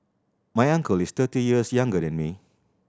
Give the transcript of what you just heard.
my uncle is thirty years younger than me